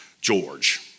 George